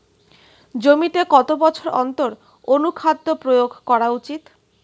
জমিতে কত বছর অন্তর অনুখাদ্য প্রয়োগ করা উচিৎ?